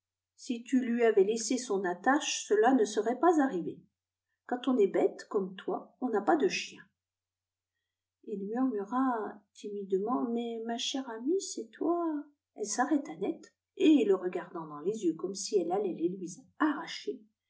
si tu lui avais laissé son attache cela ne serait pas arrivé quand on est béte comme toi on n'a pas de chien ii murmura timidement mais ma chère amie c'est toi elle s'arrêta net et le regardant dans les yeux comme si elle allait les lui arracher